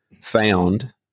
found